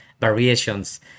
variations